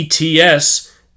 ETS